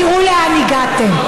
תראו לאן הגעתם.